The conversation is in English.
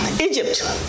Egypt